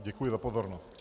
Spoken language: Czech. Děkuji za pozornost.